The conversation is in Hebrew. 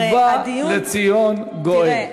הרי הדיון, ובא לציון גואל.